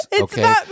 Okay